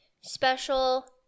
special